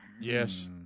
Yes